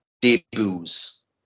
debuts